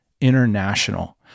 International